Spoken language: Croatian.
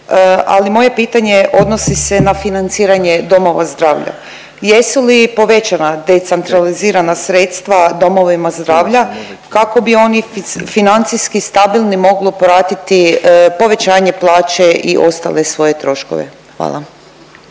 Ali moje pitanje odnosi se na financiranje domova zdravlja. Jesu li povećana decentralizirana sredstva domovima zdravlja kako bi oni financijski stabilni mogli pratiti povećanje plaće i ostale svoje troškove. Hvala.